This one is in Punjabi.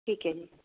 ਠੀਕ ਹੈ ਜੀ